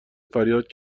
فریاد